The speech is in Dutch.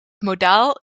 modaal